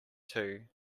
two